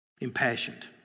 impassioned